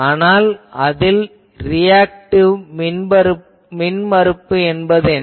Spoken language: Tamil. ஆனால் அதில் ரியாக்டிவ் மின்மறுப்பு என்ன